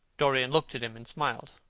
dorian looked at him and smiled.